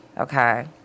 Okay